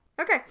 Okay